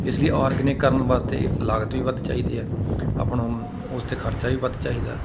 ਇਸ ਲਈ ਔਰਗਨਿਕ ਕਰਨ ਵਾਸਤੇ ਲਾਗਤ ਵੀ ਵੱਧ ਚਾਹੀਦੀ ਹੈ ਆਪਣਾ ਉਸ 'ਤੇ ਖਰਚਾ ਵੀ ਵੱਧ ਚਾਹੀਦਾ